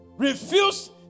Refuse